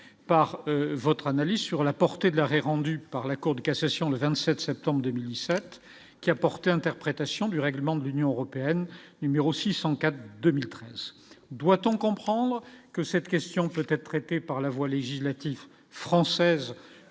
par votre analyse sur la portée de l'arrêt rendu par la Cour de cassation, le 27 septembre 2017 qui porté interprétation du règlement de l'Union européenne numéro 604 2013, doit-on comprendre que cette question peut être traité par la voie législative française,